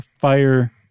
fire